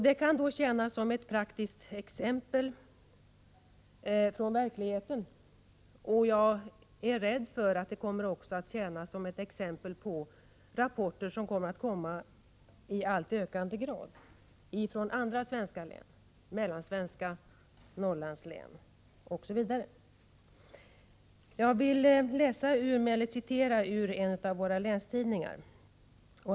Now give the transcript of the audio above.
Den kan tjäna som ett praktiskt exempel från verkligheten, och jag är rädd för att den också kommer att tjäna som ett exempel på rapporter som i allt ökande grad kommer också från andra mellansvenska län och Norrlandslän. Låt mig citera ur en av våra länstidningar.